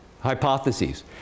hypotheses